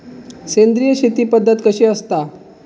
सेंद्रिय शेती पद्धत कशी असता?